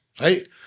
Right